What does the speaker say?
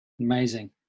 Amazing